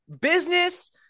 Business